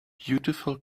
beautiful